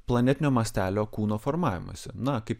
planetinio mastelio kūno formavimąsi na kaip